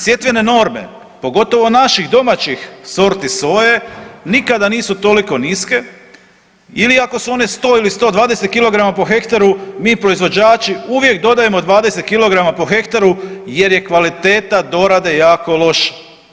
Sjetvene norme pogotovo naših domaćih sorti soje nikada nisu toliko niske ili ako su one 100 ili 120 kg po hektaru mi proizvođači uvijek dodajemo 20 kg po hektaru jer je kvaliteta dorade jako loša.